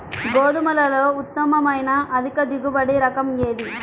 గోధుమలలో ఉత్తమమైన అధిక దిగుబడి రకం ఏది?